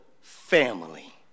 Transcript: family